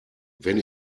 wenn